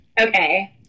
okay